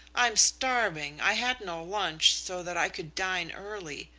i'm starving. i had no lunch so that i could dine early.